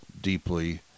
deeply